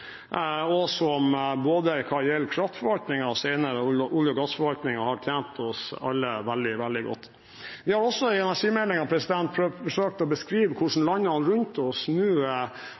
Både kraftforvaltningen og senere olje- og gassforvaltningen har tjent oss alle veldig godt. Vi har også i energimeldingen forsøkt å beskrive hvordan landene rundt oss nå har store utfordringer i sitt kraftsystem med stort innslag av dyr og